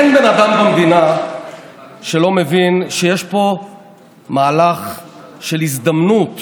אין בן אדם במדינה שלא מבין שיש פה מהלך של הזדמנות